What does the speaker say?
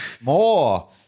More